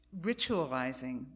ritualizing